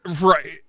right